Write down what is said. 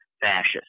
fascist